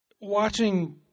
Watching